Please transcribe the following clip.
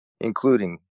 including